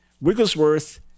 Wigglesworth